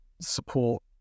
support